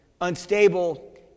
unstable